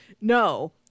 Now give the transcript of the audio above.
No